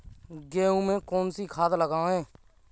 गेहूँ में कौनसी खाद लगाएँ?